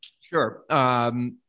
Sure